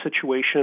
situation